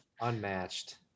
Unmatched